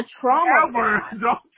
trauma